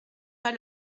pas